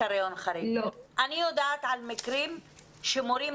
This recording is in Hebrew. אני יודעת על מקרים שמורים,